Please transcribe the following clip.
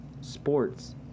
sports